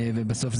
בסוף,